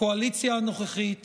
הקואליציה הנוכחית